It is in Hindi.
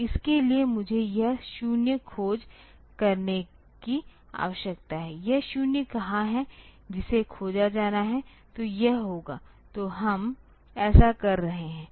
तो इसके लिए मुझे यह 0 खोज करने की आवश्यकता है यह 0 कहां है जिसे खोजा जाना है तो यह होगा तो हम ऐसा कर रहे हैं